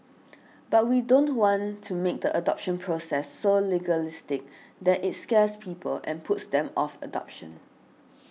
but we don't want to make the adoption process so legalistic that it scares people and puts them off adoption